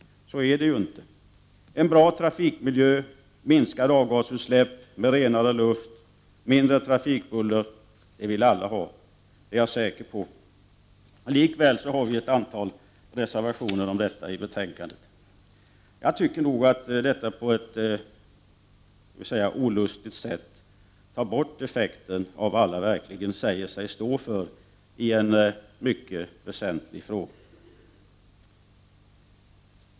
Så är det ju inte! En bra trafikmiljö, minskade avgasutsläpp, renare luft och mindre trafikbuller vill alla ha — det är jag säker på. Likväl har vi i betänkandet ett antal reservationer om detta. Jag tycker att detta på ett olustigt sätt tar bort effekten av vad alla verkligen säger sig stå för i en mycket väsentlig fråga.